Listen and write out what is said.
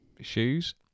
Shoes